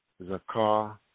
Zakar